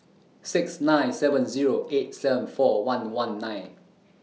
six nine seven Zero eight seven four one one nine